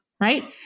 right